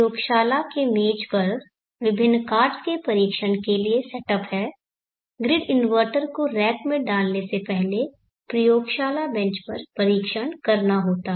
प्रयोगशाला के मेज पर विभिन्न कार्ड्स के परीक्षण के लिए सेटअप है ग्रिड इन्वर्टर को रैक में डालने से पहले प्रयोगशाला बेंच पर परीक्षण करना होता है